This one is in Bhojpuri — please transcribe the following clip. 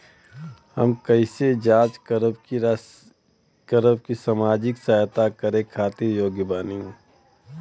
हम कइसे जांच करब की सामाजिक सहायता करे खातिर योग्य बानी?